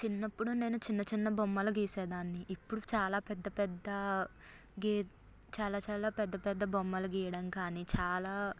చిన్నప్పుడు నేను చిన్న చిన్న బొమ్మలు గీసేదాన్ని ఇప్పుడు చాలా పెద్ద పెద్ద గీ చాలా చాలా పెద్ద పెద్ద బొమ్మలు గీయడం కానీ చాలా